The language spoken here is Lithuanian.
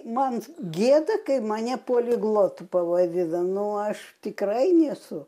man gėda kai mane poliglotu pavadina nu aš tikrai nesu